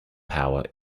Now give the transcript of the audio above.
power